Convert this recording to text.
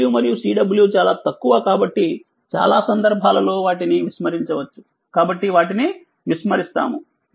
Rw మరియు Cw చాలా తక్కువ కాబట్టి చాలా సందర్భాల్లో వాటిని విస్మరించవచ్చు కాబట్టి వాటిని విస్మరిస్తాము